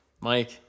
Mike